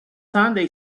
sunday